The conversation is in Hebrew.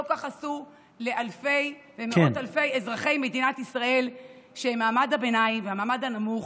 לא כך עשו למאות אלפי אזרחי מדינת ישראל שהם מעמד הביניים והמעמד הנמוך.